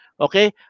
Okay